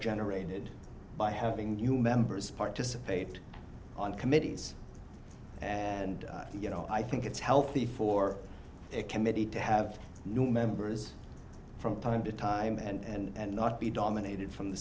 generated by having you members participate on committees and you know i think it's healthy for a committee to have new members from time to time and not be dominated from the